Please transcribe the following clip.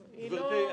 גבירתי,